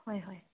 হয় হয়